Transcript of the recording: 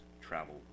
travel